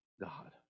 God